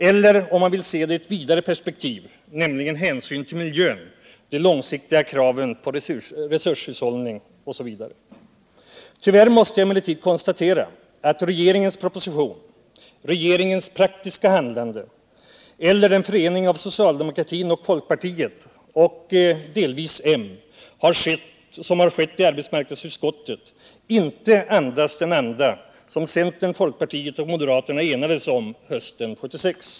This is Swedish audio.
Eller om man ser det i ett vidare perspektiv, nämligen hänsynen till miljön, de långsiktiga kraven på resurshushållning osv. Tyvärr måste jag emellertid konstatera att regeringens proposition — regeringens praktiska handlande — och den förening av socialdemokraterna, folkpartiet och delvis moderaterna som har skett i arbetsmarknadsutskottet inte uppvisar den anda som centern, folkpartiet och moderaterna enades om hösten 1976.